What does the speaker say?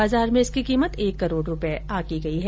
बाजार में इसकी कीमत एक करोड़ रुपये आंकी गई है